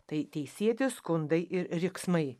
tai teisėti skundai ir riksmai